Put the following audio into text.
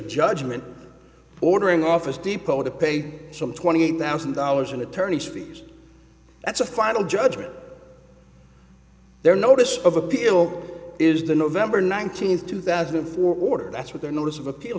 judgment ordering office depot to pay some twenty eight thousand dollars in attorney's fees that's a final judgment there notice of appeal is the november nineteenth two thousand and four order that's what they're notice of appeal